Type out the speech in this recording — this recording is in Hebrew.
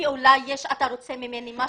כי אולי אתה רוצה ממנו משהו,